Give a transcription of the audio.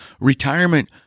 retirement